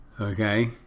Okay